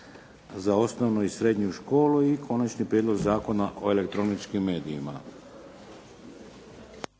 za osnovnu i srednju školu i Konačni prijedlog Zakona o elektroničkim medijima.